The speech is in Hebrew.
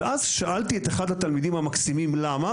אז שאלתי את אחד התלמידים המקסימים: למה?